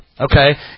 Okay